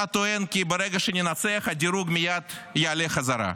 אתה טוען כי ברגע שננצח, הדירוג מייד יעלה חזרה,